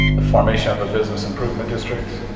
the formation of a business improvement district